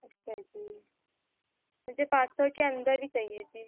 अच्छा जी मुझे पाँच सौ के अंदर ही चाहिए थी